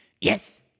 Yes